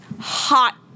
hot